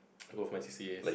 I go for my C_C_As